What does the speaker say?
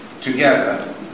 together